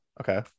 Okay